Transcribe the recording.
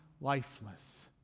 lifeless